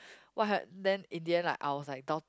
what then in the end like I was like dou~